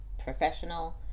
professional